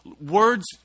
words